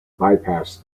bypass